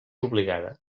obligada